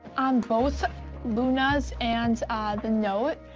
on both luna's and the note,